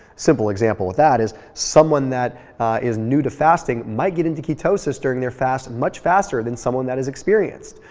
simple example of that is someone that is new to fasting might get into ketosis during their fast much faster than someone that is experienced.